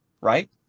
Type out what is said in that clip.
right